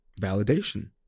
validation